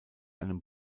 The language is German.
einem